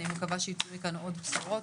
אני מקווה שיצאו מכאן עוד בשורות.